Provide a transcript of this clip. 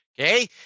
Okay